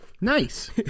Nice